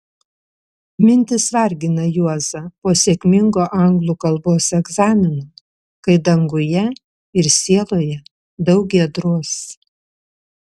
mintys vargina juozą po sėkmingo anglų kalbos egzamino kai danguje ir sieloje daug giedros